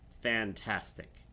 fantastic